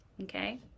Okay